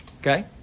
Okay